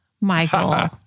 Michael